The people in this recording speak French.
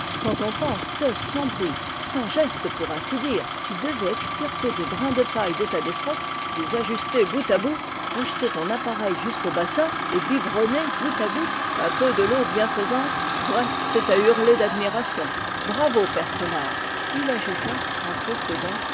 quand on pense que sans bruit sans geste pour ainsi dire tu devais extirper des brins de paille de ta défroque les ajuster bout à bout projeter ton appareil jusqu'au bassin et biberonner goutte à goutte un peu de l'eau bienfaisante vrai c'est à hurler d'admiration bravo père traînard et il ajouta entre ses dents